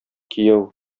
кияү